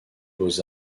beaux